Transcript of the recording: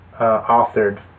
authored